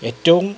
എറ്റവും